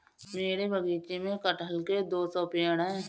मेरे बगीचे में कठहल के दो सौ पेड़ है